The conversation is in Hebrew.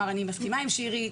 אני מסכימה עם שירי,